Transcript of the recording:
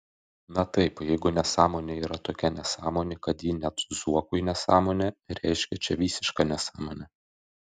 na taip jeigu nesąmonė yra tokia nesąmonė kad ji net zuokui nesąmonė reiškia čia visiška nesąmonė